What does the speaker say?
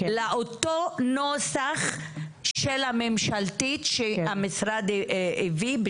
לאותו נוסח של הממשלתית שהמשרד הביא,